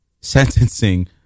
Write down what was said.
Sentencing